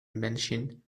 invention